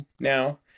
now